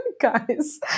guys